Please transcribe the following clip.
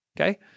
okay